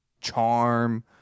charm